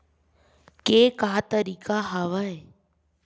के का तरीका हवय?